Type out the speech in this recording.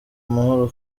amahoro